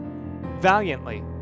valiantly